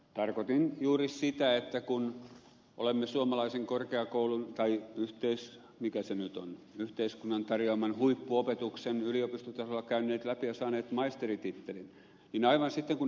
tarkoitin juuri sitä että kun olemme suomalaisen korkeakoulun tai mikä se nyt on yhteiskunnan tarjoaman huippuopetuksen yliopistotasolla käyneet läpi ja saaneet maisterintittelin ja sitten aivan kuten ed